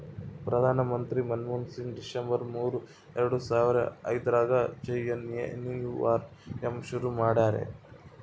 ಪ್ರಧಾನ ಮಂತ್ರಿ ಮನ್ಮೋಹನ್ ಸಿಂಗ್ ಡಿಸೆಂಬರ್ ಮೂರು ಎರಡು ಸಾವರ ಐದ್ರಗಾ ಜೆ.ಎನ್.ಎನ್.ಯು.ಆರ್.ಎಮ್ ಶುರು ಮಾಡ್ಯರ